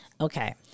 Okay